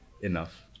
enough